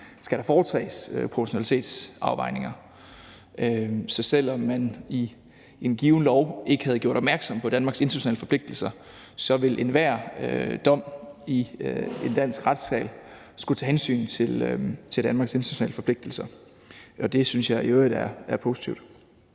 skal der foretages proportionalitetsafvejninger, så selv om man i en given lov ikke havde gjort opmærksom på Danmarks internationale forpligtelser, ville enhver dom i en dansk retssal skulle tage hensyn til Danmarks internationale forpligtelser. Det synes jeg i øvrigt er positivt.